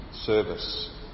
service